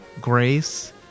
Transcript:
Grace